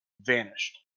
vanished